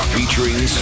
Featuring